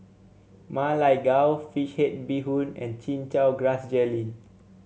Ma Lai Gao fish head Bee Hoon and Chin Chow Grass Jelly